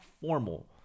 formal